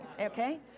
okay